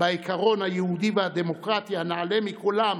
בעיקרון היהודי והדמוקרטי הנעלה מכולם,